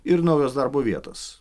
ir naujos darbo vietos